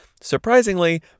Surprisingly